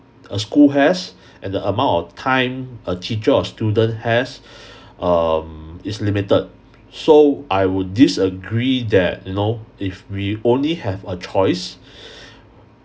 a school has and the amount of time a teacher or student has um is limited so I would disagree that you know if we only have a choice